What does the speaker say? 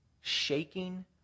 shaking